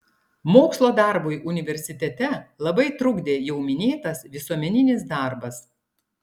mokslo darbui universitete labai trukdė jau minėtas visuomeninis darbas